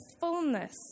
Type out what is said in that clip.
fullness